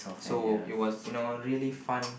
so it was you know really fun